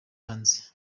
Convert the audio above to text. hanze